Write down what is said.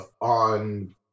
on